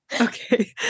okay